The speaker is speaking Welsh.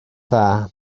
dda